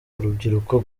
urubyiruko